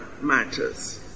matters